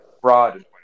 fraud